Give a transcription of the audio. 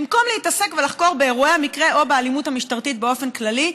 במקום להתעסק ולחקור את אירועי המקרה או את אלימות המשטרתית באופן כללי,